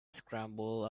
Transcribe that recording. scrambled